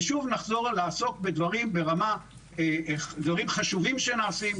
ושוב נחזור לעסוק בדברים חשובים שנעשים,